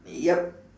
yup